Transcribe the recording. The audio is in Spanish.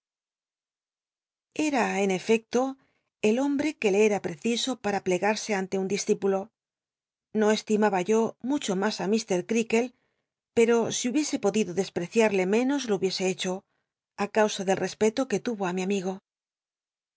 era en efecto el hombre que le eta preciso para plegarse tnlc un di cípulo no estimaba yo mucho mas á mr creakle l pero si hubiese podido dcsjli'cciatic menos lo hubiese hecho i causa del tespcto que luo i mi amigo